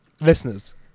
listeners